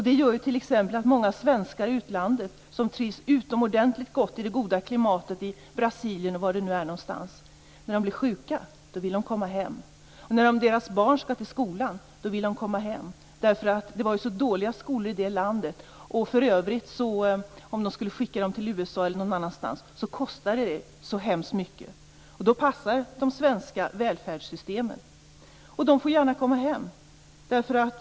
Det gör t.ex. att många svenskar i utlandet, som trivs utomordentligt gott i det goda klimatet i Brasilien och var det nu är, vill komma hem när de blir sjuka. De vill komma hem när deras barn skall gå i skola. Det är ju så dåliga skolor i det landet och skulle de för övrigt skicka barnen till USA eller någon annanstans kostar det så hemskt mycket. Då passar de svenska välfärdssystemen. De får gärna komma hem.